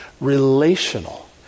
relational